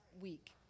week